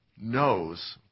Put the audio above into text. knows